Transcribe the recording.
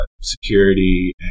security